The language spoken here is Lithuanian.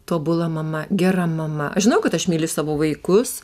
tobula mama gera mama aš žinau kad aš myliu savo vaikus